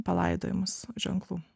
palaidojimus ženklų